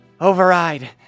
override